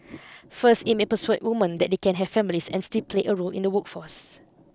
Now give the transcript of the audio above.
first it may persuade women that they can have families and still play a role in the workforce